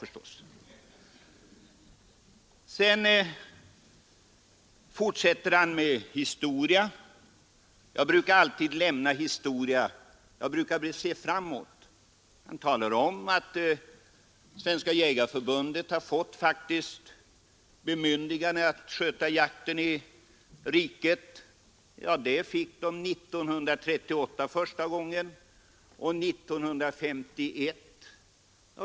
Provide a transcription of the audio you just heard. Han fortsatte sedan med historieskrivning. Det brukar inte jag göra, utan jag brukar alltid se framåt. Herr Johansson talar om att Svenska jägareförbundet fått bemyndigande att sköta jakten i riket. Det fick förbundet första gången 1938 och sedan 1951.